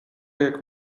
jak